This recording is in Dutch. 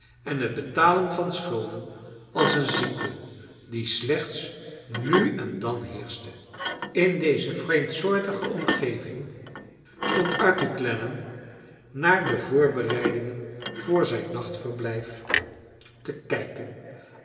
en het betalen van schulden als een ziekte die slechts nu en dan heerschte in deze vreemdsoortige omgeving stond arthur clennam naar de voorbereidingen voor zijn nachtverblijf te kijken